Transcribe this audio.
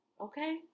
Okay